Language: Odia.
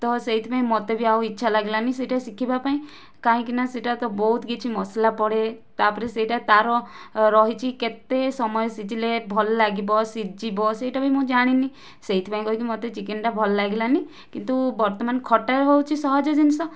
ତ ସେହିଥିପାଇଁ ମୋତେ ବି ଆଉ ଇଚ୍ଛା ଲାଗିଲାନି ସେଟା ଶିଖିବାପାଇଁ କାହିଁକି ନା ସେଟା ତ ବହୁତ କିଛି ମସଲା ପଡ଼େ ତା'ପରେ ସେଟା ତା'ର ରହିଛି କେତେ ସମୟ ସିଝିଲେ ଭଲ ଲାଗିବ ସିଝିବ ସେଟ ବି ମୁଁ ଜାଣିନି ସେହିଥିପାଇଁ କହିକି ମୋତେ ଚିକେନଟା ଭଲ ଲାଗିଲାନି କିନ୍ତୁ ବର୍ତ୍ତମାନ ଖଟା ହେଉଛି ସହଜ ଜିନିଷ